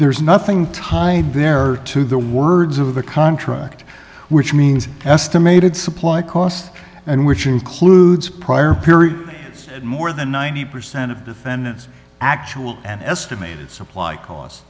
there is nothing tied there to the words of the contract which means estimated supply cost and which includes prior period is more than ninety percent of defendants actual and estimated supply costs